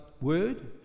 word